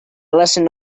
lesson